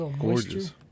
Gorgeous